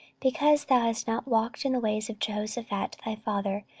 because thou hast not walked in the ways of jehoshaphat thy father,